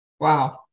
Wow